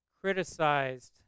criticized